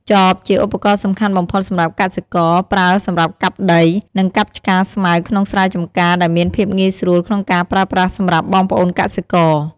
ចប ជាឧបករណ៍សំខាន់បំផុតសម្រាប់កសិករ ប្រើសម្រាប់កាប់ដី និងកាប់ឆ្ការស្មៅក្នុងស្រែចម្ការដែលមានភាពងាយស្រួលក្នុងការប្រើប្រាស់សម្រាប់បងប្អូនកសិករ។